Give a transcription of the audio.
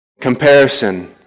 comparison